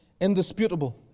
indisputable